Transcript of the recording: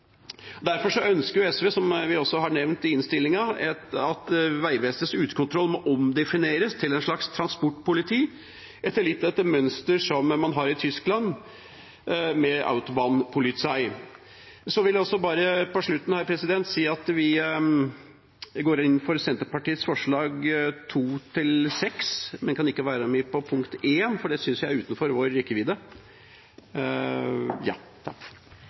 Derfor ønsker SV, som vi har nevnt i innstillinga, at Statens vegvesens utekontroll omdefineres til et slags transportpoliti, litt etter mønster som i Tyskland med «autobahnpolizei». Jeg vil til slutt si at vi går inn for Senterpartiets forslag nr. 2–6, men kan ikke være med på forslag nr. 1, for det synes jeg er utenfor vår rekkevidde.